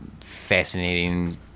fascinating